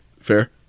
Fair